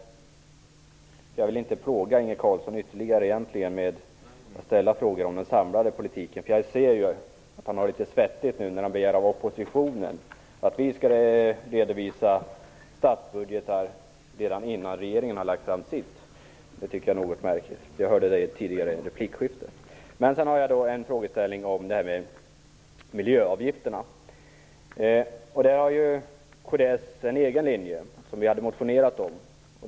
Jag vill egentligen inte plåga Inge Carlsson ytterligare med att ställa frågor om den samlade politiken. Jag ser ju att han har det litet svettigt när han av oppositionen begär att vi skall redovisa statsbudgetar redan innan regeringen har lagt fram sin budget. Det tycker jag är något märkligt. Jag hörde detta i ett tidigare replikskifte. Sedan har jag en fråga om miljöavgifterna. Där har kds en egen linje som vi har motionerat om.